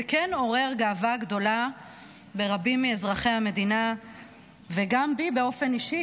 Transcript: זה כן עורר גאווה גדולה ברבים מאזרחי המדינה וגם בי באופן אישי,